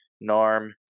norm